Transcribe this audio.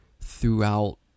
throughout